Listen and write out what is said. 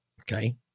okay